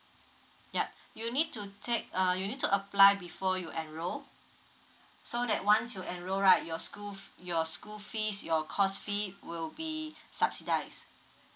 yup you need to take uh you need to apply before you enroll so that once you enroll right your school fe~ your school fees your course fee will be subsidised